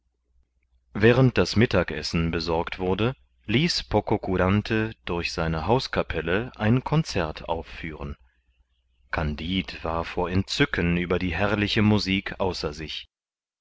während das mittagessen besorgt wurde ließ pococurante durch seine hauskapelle ein concert aufführen kandid war vor entzücken über die herrliche musik außer sich